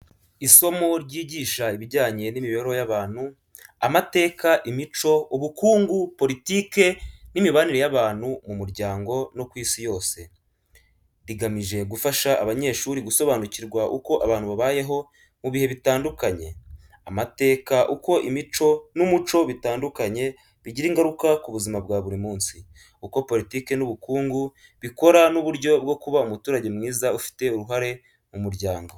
Isomo ryigisha ibijyanye n’imibereho y’abantu, amateka, imico, ubukungu, politiki n’imibanire y’abantu mu muryango no ku isi yose. Rigamije gufasha abanyeshuri gusobanukirwa uko abantu babayeho mu bihe bitandukanye, amateka uko imico n’umuco bitandukanye bigira ingaruka ku buzima bwa buri munsi, uko politiki n’ubukungu bikora n’uburyo bwo kuba umuturage mwiza ufite uruhare mu muryango.